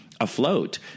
afloat